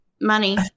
money